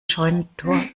scheunentor